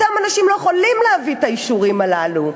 אותם אנשים לא יכולים להביא את האישורים הללו.